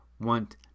want